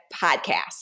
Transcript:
Podcast